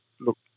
look